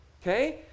okay